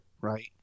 Right